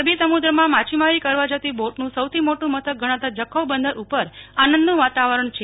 અરબી સમુદ્રમાં માછીમારી કરવા જતી બોટ નુ સૌથી મોટુ મથક ગણાતા જખૌ બંદર ઉપર આનંદનુ વાતાવરણ છે